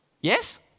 Yes